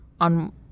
on